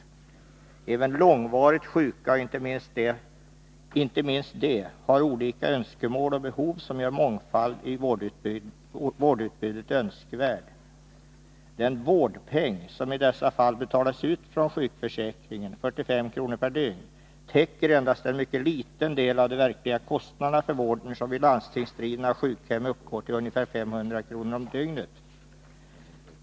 Även långvarigt sjuka — och inte minst de — har olika önskemål och behov som gör mångfald i vårdutbudet önskvärd. Den ”vårdpeng” som i dessa fall betalas ut från sjukförsäkringen — 45 kr. per dygn — täcker endast en mycket liten del av de verkliga kostnaderna för vården, som vid landstingsdrivna sjukhem uppgår till ungefär 500 kr. om dygnet.